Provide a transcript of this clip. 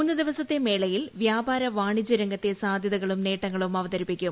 മൂന്നു ദിവസത്തെ മേളയിൽ വ്യാപാര വാണിജ്യരംഗത്തെ സാധ്യതകളും നേട്ടങ്ങളും അവതരിപ്പിക്കും